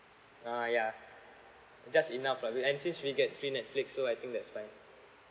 ah yeah just enough lah and since we get free netflix so I think that's fine